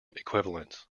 equivalents